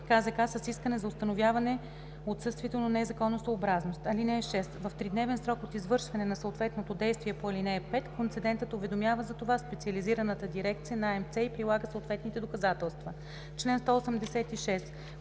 КЗК с искане за установяване отсъствието на незаконосъобразност. (6) В тридневен срок от извършване на съответното действие по ал. 5 концедентът уведомява за това специализираната дирекция от АМС и прилага съответните доказателства.“